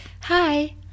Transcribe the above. Hi